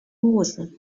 moose